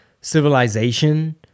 civilization